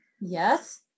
Yes